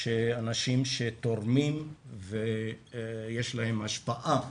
שאנשים שתורמים ויש להם השפעה